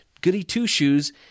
goody-two-shoes